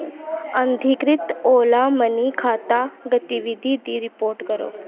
अनधिकृत Ola Money खाता गतिविधि दी रिपोर्ट करो